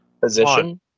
Position